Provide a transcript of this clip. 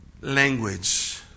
language